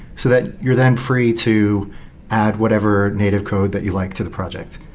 so that you're then free to add whatever native code that you like to the project.